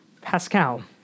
Pascal